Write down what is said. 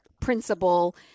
principle